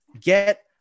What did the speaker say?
get